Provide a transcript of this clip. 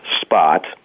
spot